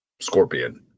Scorpion